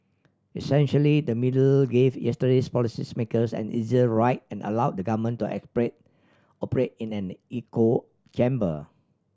essentially the media gave yesterday's policy makers an easier ride and allowed the government to operate in an echo chamber